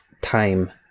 time